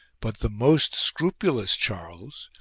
but the most scrupulous charles,